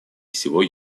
всего